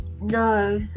No